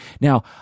Now